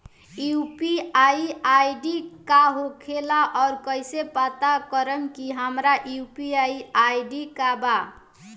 UPI ID का होखेला और कईसे पता करम की हमार यू.पी.आई आई.डी का बा?